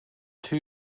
two